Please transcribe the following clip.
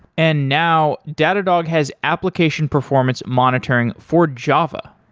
and now, datadog has application performance monitoring for java.